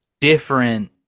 different